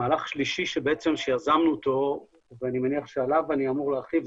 מהלך שלישי שיזמנו אותו ואני מניח שעליו אני אמור להרחיב,